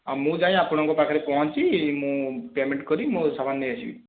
ମୁଁ ଯାଇ ଆପଣଙ୍କ ପାଖରେ ପହଞ୍ଚି ମୁଁ ପେମେଣ୍ଟ କରି ମୋ ସାମାନ ନେଇ ଆସିବି